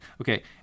Okay